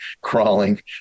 crawling